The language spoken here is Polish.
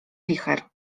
wicher